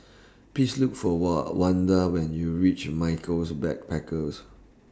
Please Look For Wanda when YOU REACH Michaels Backpackers